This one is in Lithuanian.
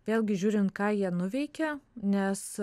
vėlgi žiūrint ką jie nuveikė nes